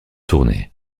tournées